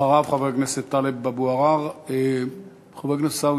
אחריו, חבר הכנסת טלב אבו עראר.